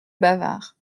bavard